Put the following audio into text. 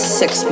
six